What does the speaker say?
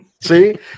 See